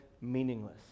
meaningless